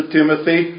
Timothy